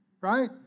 right